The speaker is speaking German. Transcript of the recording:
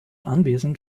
anwesend